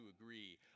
agree